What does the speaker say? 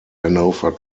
hanover